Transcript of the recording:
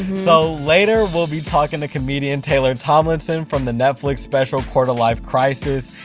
so later, we'll be talking to comedian taylor tomlinson from the netflix special, quarter-life crisis.